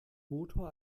motor